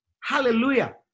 hallelujah